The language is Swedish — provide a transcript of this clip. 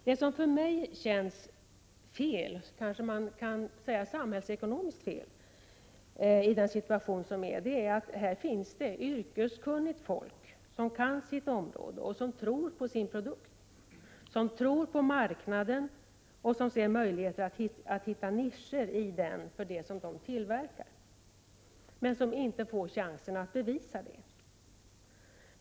Det som för mig känns fel, kanske man kan säga samhällsekonomiskt fel, i denna situation är att här finns yrkeskunnigt folk som kan sitt område och som tror på sin produkt, som tror på marknaden och som ser möjligheter att hitta nischer i den för det de tillverkar, men som inte får chansen att bevisa det.